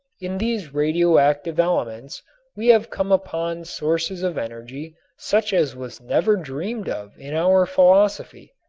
in these radioactive elements we have come upon sources of energy such as was never dreamed of in our philosophy.